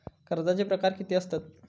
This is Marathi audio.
कर्जाचे प्रकार कीती असतत?